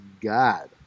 God